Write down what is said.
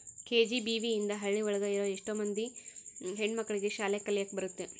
KGBV ಇಂದ ಹಳ್ಳಿ ಒಳಗ ಇರೋ ಎಷ್ಟೋ ಮಂದಿ ಹೆಣ್ಣು ಮಕ್ಳಿಗೆ ಶಾಲೆ ಕಲಿಯಕ್ ಬರುತ್ತೆ